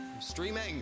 streaming